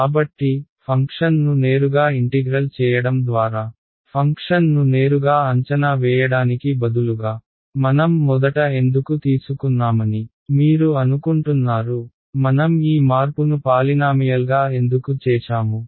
కాబట్టి ఫంక్షన్ను నేరుగా ఇంటిగ్రల్ చేయడం ద్వారా ఫంక్షన్ను నేరుగా అంచనా వేయడానికి బదులుగా మనం మొదట ఎందుకు తీసుకున్నామని మీరు అనుకుంటున్నారు మనం ఈ మార్పును పాలినామియల్గా ఎందుకు చేశాము